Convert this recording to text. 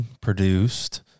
produced